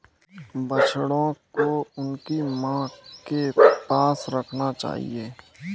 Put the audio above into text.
बछड़ों को उनकी मां के पास रखना चाहिए